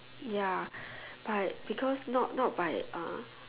ya but because not not by uh